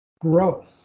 grow